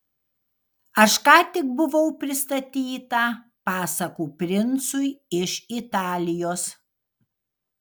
aš ką tik buvau pristatyta pasakų princui iš italijos